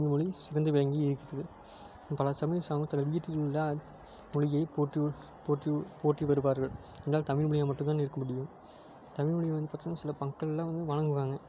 தமிழ் மொழி சிறந்து விளங்கி இருக்கிறது பல சமயம் சார்ந்த தன்னுடைய வீட்டிலுள்ள மொழியைப் போற்றி போ போற்றி போற்றி வருவார்கள் என்றால் தமிழ் மொழியா மட்டும் தான் இருக்க முடியும் தமிழ் மொழிய வந்து பார்த்தீங்கன்னா சில ப மக்கள்லாம் வந்து வணங்குவாங்க